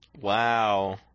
Wow